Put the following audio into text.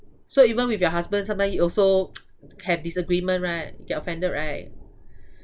so even with your husband sometime you also have disagreement right get offended right